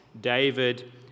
david